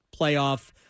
playoff